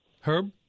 Herb